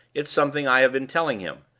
it's something i have been telling him.